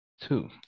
two